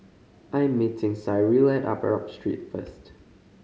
I am meeting Cyril at Arab Street first